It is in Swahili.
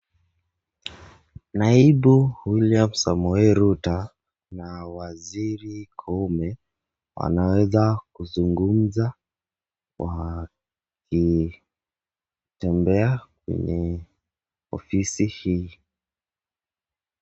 Naibu WilliamSamoei Ruto na waziri Koome wanaweza kuzungumza wakitembea kwenye ofisi hii.